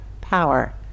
power